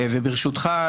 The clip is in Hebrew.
ברשותך,